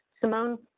Simone